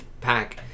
pack